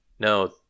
No